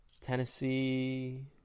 Tennessee